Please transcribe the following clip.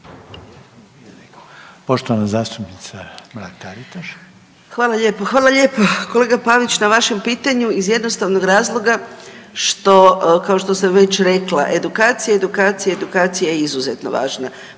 Poštovana zastupnica Mrak Taritaš.